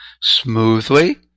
smoothly